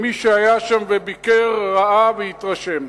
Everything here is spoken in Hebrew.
מי שהיה שם וביקר ראה והתרשם.